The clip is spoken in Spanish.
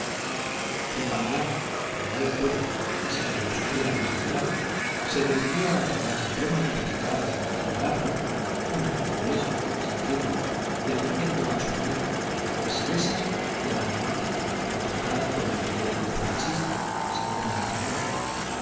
p ripamilán con mal acuerdo y sin que lo supiera el magistral se decidió a tomar la pluma y publicar en el lábaro un articulejo sin firma defendiendo a su amigo a las salesas y a la gramática maltratada por el periódico progresista según el canónigo